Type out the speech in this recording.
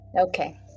Okay